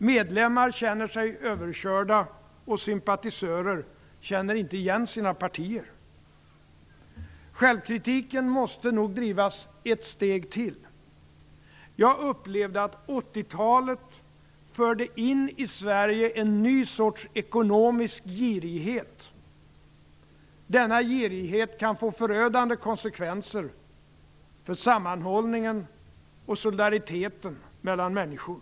Medlemmar känner sig överkörda, och sympatisörer känner inte igen sina partier. Självkritiken måste nog drivas ett steg till. Jag upplevde att 1980 talet förde in en ny sorts ekonomisk girighet i Sverige. Denna girighet kan få förödande konsekvenser för sammanhållningen och solidariteten mellan människor.